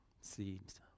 seeds